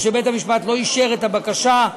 או שבית-המשפט לא אישר את הבקשה,